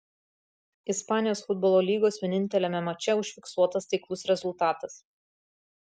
ispanijos futbolo lygos vieninteliame mače užfiksuotas taikus rezultatas